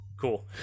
cool